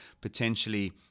potentially